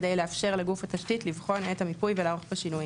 כדי לאפשר לגוף התשתית לבחון את המיפוי ולערוך בו שינויים,